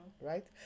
Right